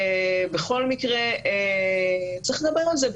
בכל מקרה צריך לדבר על זה,